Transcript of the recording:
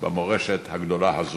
במורשת הגדולה הזאת,